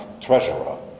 treasurer